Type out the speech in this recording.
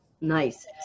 nice